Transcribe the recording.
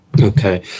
Okay